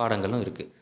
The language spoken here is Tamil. பாடங்களும் இருக்குது